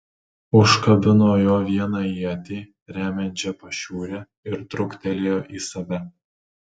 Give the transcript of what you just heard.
užkabino juo vieną ietį remiančią pašiūrę ir truktelėjo į save